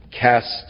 cast